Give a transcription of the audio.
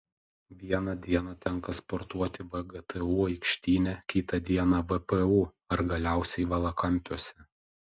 vieną dieną tenka sportuoti vgtu aikštyne kita dieną vpu ar galiausiai valakampiuose